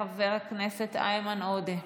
חבר הכנסת איימן עודה,